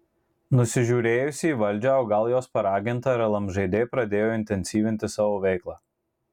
nusižiūrėjusi į valdžią o gal jos paraginta ir lmžd pradėjo intensyvinti savo veiklą